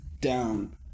down